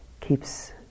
keeps